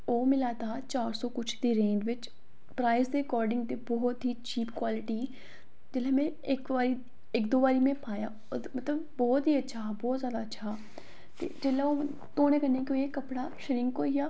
ओह् में लैता हा चार सौ कुछ दी रेंज़ बिच प्राईस दे अकार्डिंग ते बहोत ही चीप क्वालिटी ही जेल्लै में इक्क दौ बारी पाया मतलब बहोत ही अच्छा हा मतलब बहोत अच्छा ते जेल्लै धोने कन्नै ओह् केह् होइया कपड़ा शरिंक होई गेआ ते